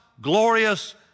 glorious